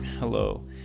Hello